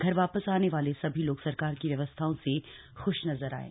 घर वापस आन्ने वाले सभी लोग सरकार की व्यवस्थाओं से ख्श नजर आये